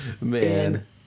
Man